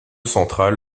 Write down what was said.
central